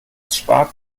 spart